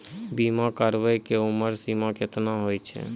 बीमा कराबै के उमर सीमा केतना होय छै?